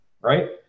right